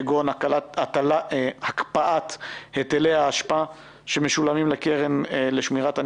כגון הקפאת היטלי האשפה שמשולמים לקרן לשמירת הניקיון.